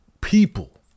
people